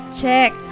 check